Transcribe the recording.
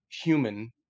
human